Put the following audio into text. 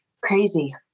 crazy